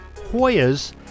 Hoyas